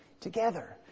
Together